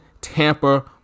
Tampa